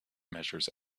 measures